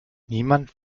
niemand